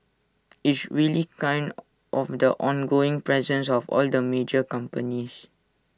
it's really kind of the ongoing presence of all the major companies